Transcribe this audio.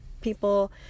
people